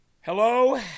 Hello